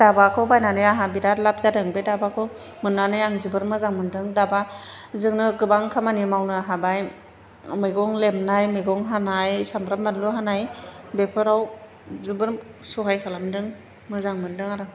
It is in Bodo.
दाबाखौ बायनानै आहा बिराद लाब जादों बे दाबाखौ मोननानै आं जोबोर मोजां मोनदों दाबाजोंनो गोबां खामानि मावनो हाबाय मैगं लेबनाय मैगं हानाय सामब्राम बानलु हानाय बेफोराव जोबोर सहाय खालामदों मोजां मोनदों आरो